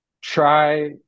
try